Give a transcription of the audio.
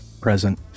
Present